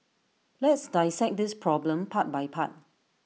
let's dissect this problem part by part